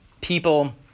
people